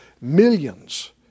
Millions